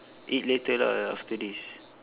eat later lah after this